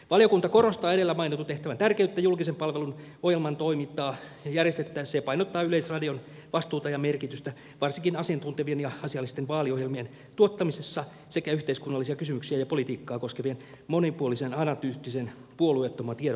valiokunta korostaa edellä mainitun tehtävän tärkeyttä julkisen palvelun ohjelman toimintaa järjestettäessä ja painottaa yleisradion vastuuta ja merkitystä varsinkin asiantuntevien ja asiallisten vaaliohjelmien tuottamisessa sekä yhteiskunnallisia kysymyksiä ja politiikkaa koskevan monipuolisen analyyttisen puolueettoman tiedon välittämisessä